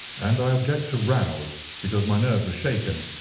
and i object to rows because my nerves are shaken,